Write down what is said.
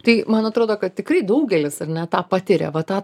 tai man atrodo kad tikrai daugelis ar ne tą patiria va tą